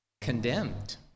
condemned